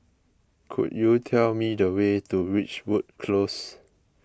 could you tell me the way to Ridgewood Close